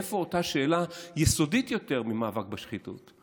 איפה אותה שאלה יסודית יותר ממאבק בשחיתות?